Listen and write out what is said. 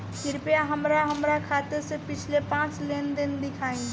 कृपया हमरा हमार खाते से पिछले पांच लेन देन दिखाइ